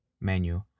menu